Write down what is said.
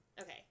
okay